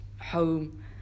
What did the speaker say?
home